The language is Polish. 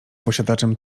posiadaczem